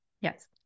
Yes